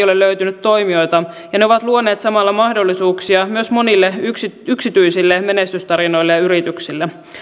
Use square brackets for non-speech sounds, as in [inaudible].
[unintelligible] ole löytynyt toimijoita ja ne ovat luoneet samalla mahdollisuuksia myös monille yksityisille yksityisille menestystarinoille ja yrityksille